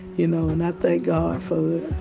you know, and i thank god for it